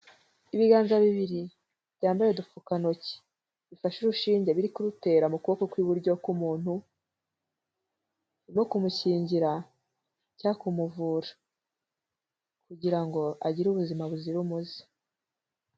Ibiganza bibiri byambaye udupfukantoki. Bifashe urushinge biri kurutera mu kuboko kw'iburyo k'umuntu, no kumukingira cyangwa kumuvura. Kugira ngo agire ubuzima buzira umuze.